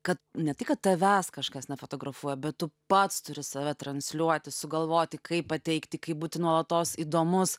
kad ne tai kad tavęs kažkas nefotografuoja bet tu pats turi save transliuoti sugalvoti kaip pateikti kaip būti nuolatos įdomus